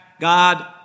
God